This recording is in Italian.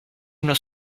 uno